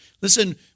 listen